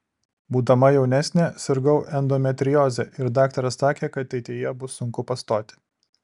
būdama jaunesnė sirgau endometrioze ir daktaras sakė kad ateityje bus sunku pastoti